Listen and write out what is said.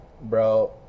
bro